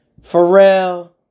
Pharrell